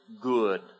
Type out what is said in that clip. good